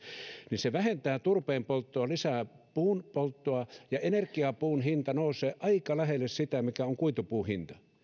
niin se vähentää turpeen polttoa lisää puun polttoa ja energiapuun hinta nousee aika lähelle sitä mikä on kuitupuun hinta